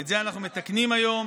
את זה אנחנו מתקנים היום.